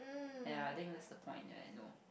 ya I think that's the point that I know